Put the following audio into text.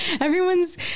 everyone's